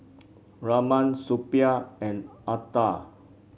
Raman Suppiah and Atal